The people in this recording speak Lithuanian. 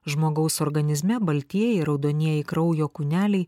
žmogaus organizme baltieji raudonieji kraujo kūneliai